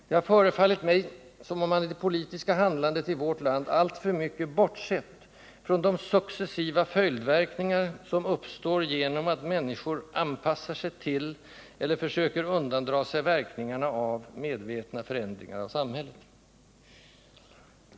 Det har förefallit mig som om man i det politiska handlandet i vårt land alltför mycket bortsett från de successiva följdverkningar, som uppstår genom att människor anpassar sig till — eller försöker undandra sig verkningarna av — medvetna förändringar av samhället.